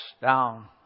down